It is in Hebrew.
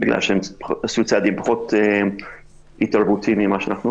בגלל שהם עשו צעדים פחות התערבותיים ממה שאנחנו עושים,